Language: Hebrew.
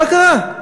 מה קרה?